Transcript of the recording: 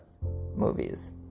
movies